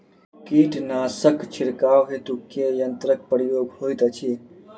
कीटनासक छिड़काव हेतु केँ यंत्रक प्रयोग होइत अछि?